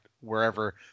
wherever